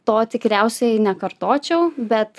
to tikriausiai nekartočiau bet